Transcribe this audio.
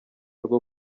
rwo